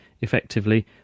effectively